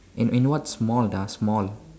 in in what small small